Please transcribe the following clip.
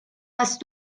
hast